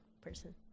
person